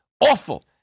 awful